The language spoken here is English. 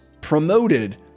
promoted